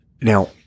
Now